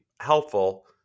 helpful